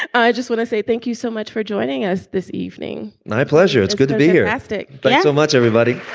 i just want to say thank you so much for joining us this evening my pleasure. it's good to be here. ethnic thanks but so much, everybody